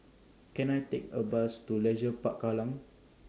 Can I Take A Bus to Leisure Park Kallang